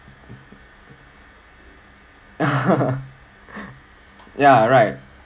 ya right